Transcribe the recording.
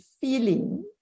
feeling